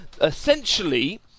Essentially